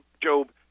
Job